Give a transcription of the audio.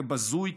כבזוי,